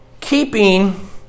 keeping